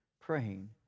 praying